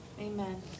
Amen